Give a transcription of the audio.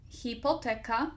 hipoteka